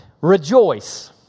rejoice